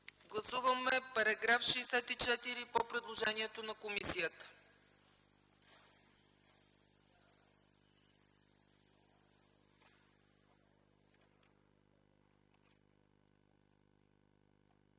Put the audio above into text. Гласуваме § 64 по предложението на комисията.